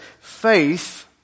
faith